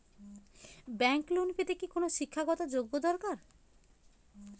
Bank loan পেতে কি কোনো শিক্ষা গত যোগ্য দরকার?